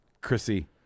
Chrissy